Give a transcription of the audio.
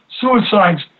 suicides